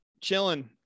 chilling